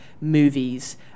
movies